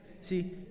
See